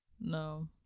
No